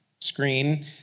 screen